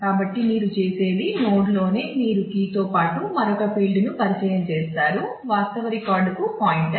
కాబట్టి మీరు చేసేది నోడ్లోనే మీరు కీతో పాటు మరొక ఫీల్డ్ను పరిచయం చేస్తారు వాస్తవ రికార్డుకు పాయింటర్